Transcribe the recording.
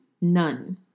none